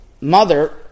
mother